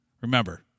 Remember